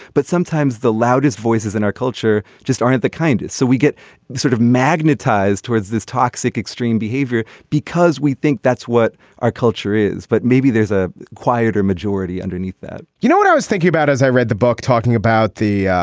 but sometimes the loudest voices in our culture just aren't the kind. so we get sort of magnetized towards this toxic extreme behavior because we think that's what our culture is. but maybe there's a quieter majority underneath that you know what i was thinking about as i read the book talking about the